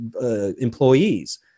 employees